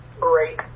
great